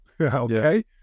okay